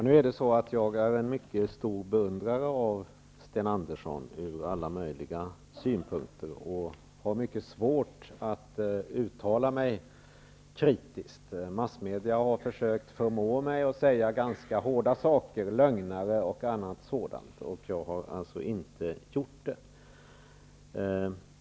Herr talman! Jag är en mycket stor beundrare av Sten Andersson ur alla möjliga synpunkter. Jag har mycket svårt att uttala mig kritiskt om honom. Massmedia har försökt förmå mig att säga ganska hårda saker, som lögnare och annan sådant, men jag har alltså inte gjort det.